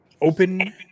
open